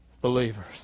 believers